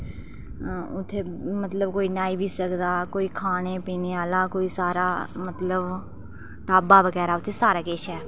उत्थै मतलब कि कोई न्हाई बी सकदा कोई खाने पीने आह्ला कोई सारा मतलब आबा बगैरा उत्थै सारा किश ऐ